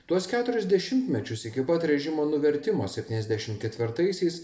tuos keturis dešimtmečius iki pat režimo nuvertimo septyniasdešim ketvirtaisiais